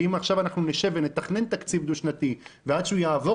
ואם עכשיו אנחנו נשב ונתכנן תקציב דו- שנתי ועד שהוא יעבור